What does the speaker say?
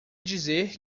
dizer